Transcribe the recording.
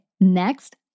next